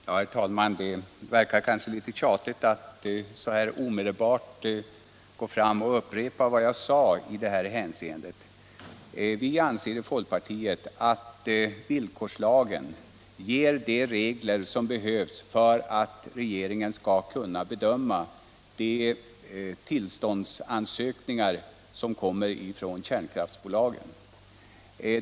Herr talman! Det verkar kanske litet tjatigt att så här omedelbart gå fram och upprepa vad jag sade i detta hänseende. Vi anser i folkpartiet att villkorslagen ger de regler som behövs för att regeringen skall kunna bedöma de tillståndsansökningar som kommer från kärnkraftsbolagen.